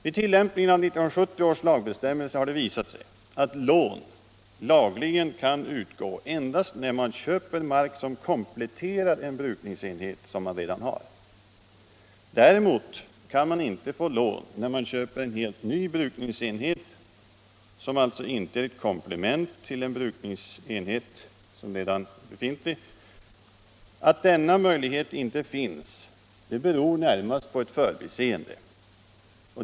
Vid tillämpningen av 1970 års lagbestämmelser har det visat sig att lån lagligen kan utgå endast när man köper mark som kompletterar en brukningsenhet som man redan har. Däremot kan man inte få lån när man köper en helt ny brukningsenhet, som alltså inte är ett komplement till en redan befintlig brukningsenhet. Att denna möjlighet inte finns beror närmast på ett förbiseende.